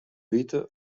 wite